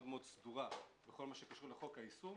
מאוד מאוד סדורה בכל מה שקשור בחוק היישום.